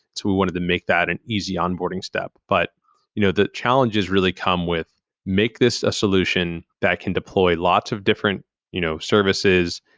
we wanted to make that an easy onboarding step. but you know the challenges really come with make this a solution that can deploy lots of different you know services,